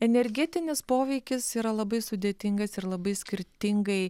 energetinis poveikis yra labai sudėtingas ir labai skirtingai